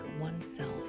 oneself